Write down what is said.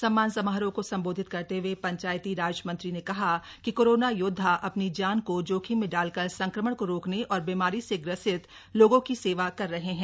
सम्मान समारोह को संबोधित करते हए पंचायतीराज मंत्री ने कहा कि कोरोना योद्वा अपनी जान को जोखिम में डालकर संक्रमण को रोकने और बीमारी से ग्रसित लोगों की सेवा कर रहे हैं